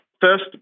First